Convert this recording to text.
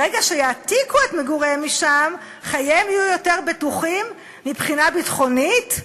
ברגע שיעתיקו את מגוריהם משם חייהם יהיו יותר בטוחים מבחינה ביטחונית,